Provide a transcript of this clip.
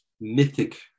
mythic